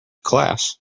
class